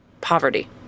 poverty